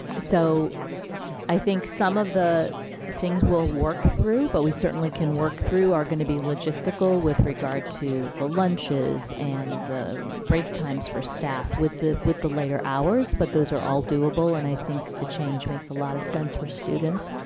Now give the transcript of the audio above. so i think some of the things we'll work through but we certainly can work through are going to be logistical with regard to the lunches and the break times for staff with with the later hours but those are all doable and i think the change makes a lot of sense for students